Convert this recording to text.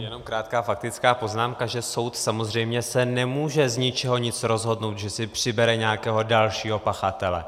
Jenom krátká faktická poznámka, že soud samozřejmě se nemůže zničehonic rozhodnout, že si přibere nějakého dalšího pachatele.